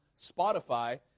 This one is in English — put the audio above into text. Spotify